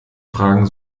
fragen